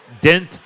dent